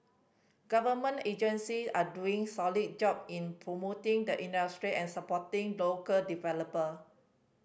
government agency are doing solid job in promoting the industry and supporting local developer